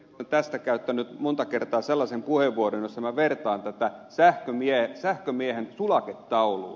olen tästä käyttänyt monta kertaa sellaisen puheenvuoron jossa minä vertaan tätä sähkömiehen sulaketauluun